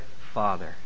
father